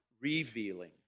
Revealing